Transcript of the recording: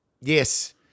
Yes